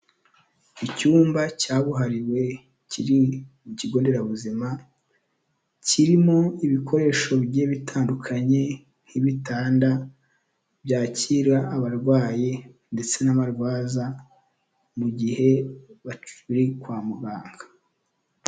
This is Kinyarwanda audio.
Icyumba cyabuhariwe kiri mu kigo nderabuzima, kirimo ibikoresho bigiye bitandukanye nk'ibitanda byakira abarwayi ndetse n'abarwaza mu gihe bakiri kwa muganga.